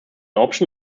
option